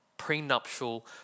prenuptial